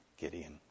Gideon